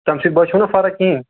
تَمہِ سۭتۍ باسیو نَہ فرق کِہیٖنۍ